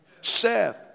Seth